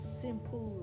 simple